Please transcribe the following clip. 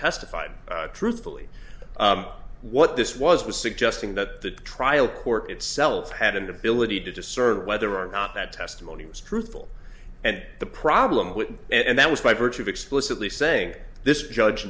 testified truthfully what this was was suggesting that the trial court itself had an ability to discern whether or not that testimony was truthful and the problem with and that was by virtue of explicitly saying this judge